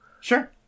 Sure